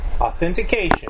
authentication